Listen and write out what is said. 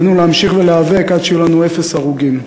אבל עלינו להמשיך ולהיאבק עד שיהיו לנו אפס הרוגים.